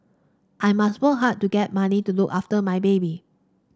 I must work hard to get money to look after my baby